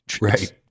right